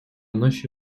наші